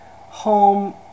home